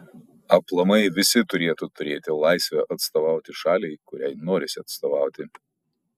aplamai visi turėtų turėti laisvę atstovauti šaliai kuriai norisi atstovauti